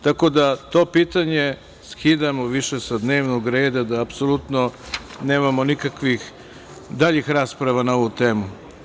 Tako da, to pitanje skidamo više sa dnevnog reda, da apsolutno nemamo nikakvih daljih rasprava na ovu temu.